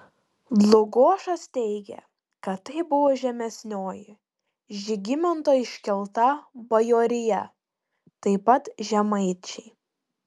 dlugošas teigia kad tai buvo žemesnioji žygimanto iškelta bajorija taip pat žemaičiai